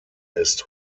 ist